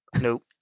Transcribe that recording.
Nope